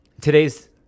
today's